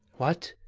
what,